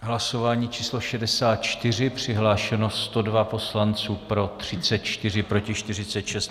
Hlasování číslo 64, přihlášeno 102 poslanců, pro 34, proti 46.